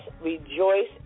rejoice